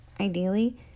Ideally